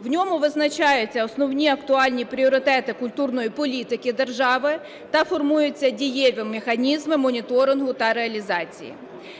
В ньому визначаються основні актуальні пріоритети культурної політики держави та формуються дієві механізми моніторингу та реалізації.